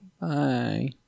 Bye